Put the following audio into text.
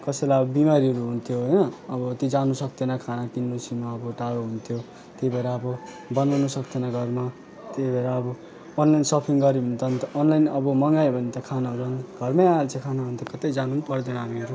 कसैलाई अब बिमारीहरू हुन्थ्यो होइन अब त्यो जानु सक्दैन खाना तिनीहरूसँग अब दाउ हुन्थ्यो त्यही भएर अब बनाउन सक्दैन घरमा त्यही भएर अब अनलाइन सपिङ गर्यो भने त अन्त अनलाइन अब मगायो भने त खानाहरू घरमै आइहाल्छ खाना अन्त कतै जानु पनि पर्दैन हामीहरू